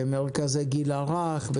במרכזי הגיל הרך,